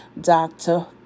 doctor